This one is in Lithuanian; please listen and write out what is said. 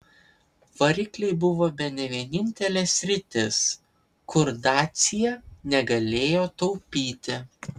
varikliai buvo bene vienintelė sritis kur dacia negalėjo taupyti